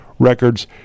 Records